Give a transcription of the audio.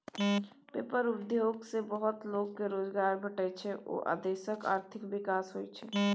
paper उद्योग सँ बहुत लोक केँ रोजगार भेटै छै आ देशक आर्थिक विकास होइ छै